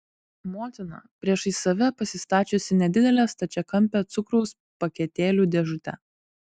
motina priešais save pasistačiusi nedidelę stačiakampę cukraus paketėlių dėžutę